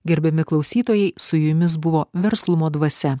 gerbiami klausytojai su jumis buvo verslumo dvasia